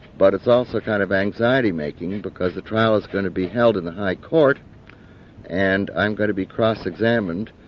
but it's also kind of anxiety making because the trial is going to be held in the high court and i'm going to be crossed examined,